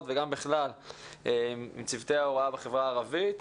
וגם בכלל עם צוותי ההוראה בחברה הערבית.